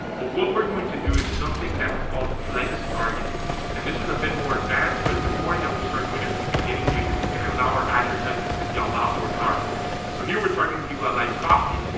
but what we're going to do. it's something that's called flex targeting and this is a bit more advanced but it's important that we start doing it from the beginning because it's gonna allow our advertisements to be a lot more powerful so here we're targeting people that like coffee,